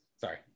Sorry